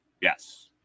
Yes